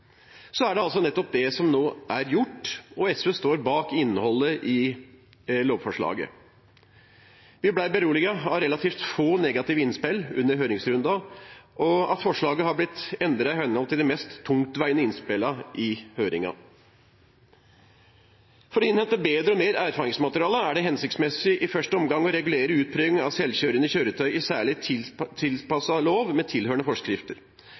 Det er nettopp dette som nå er gjort, og SV står bak innholdet i lovforslaget. Vi ble beroliget av relativt få negative innspill under høringsrunden og av at forslaget har blitt endret i henhold til de mest tungtveiende innspillene i høringen. For å innhente bedre og mer erfaringsmateriale er det hensiktsmessig i første omgang å regulere utprøving av selvkjørende kjøretøy i en særlig tilpasset lov med tilhørende forskrifter.